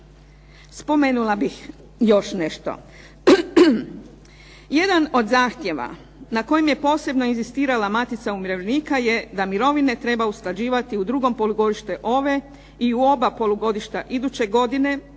Spomenula bih još nešto. Jedan od zahtjeva na kojem je posebno inzistirala Matica umirovljenika je da mirovine treba usklađivati u drugom polugodištu ove i u oba polugodišta iduće godine.